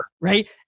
right